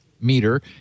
meter